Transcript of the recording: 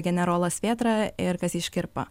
generolas vėtra ir kazys škirpa